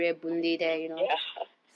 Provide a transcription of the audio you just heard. obviously ya